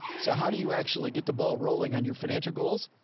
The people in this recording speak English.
so how do you actually get the ball rolling on your financial goals?